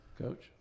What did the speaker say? Coach